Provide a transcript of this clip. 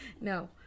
No